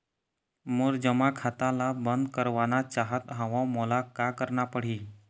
मोर जमा खाता ला बंद करवाना चाहत हव मोला का करना पड़ही?